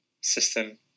system